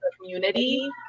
community